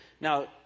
Now